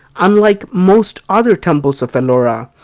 unlike most other temples of ellora,